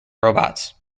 robots